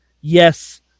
yes